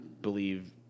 believe